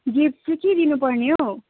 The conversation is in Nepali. गिफ्ट चाहिँ के दिनुपर्ने हो